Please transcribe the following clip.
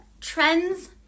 trends